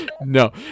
No